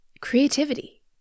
creativity